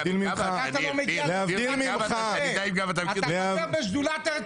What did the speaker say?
להבדיל ממך ------ אתה חבר בשדולת ארץ